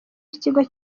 w’ikigo